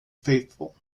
faithful